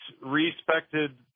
respected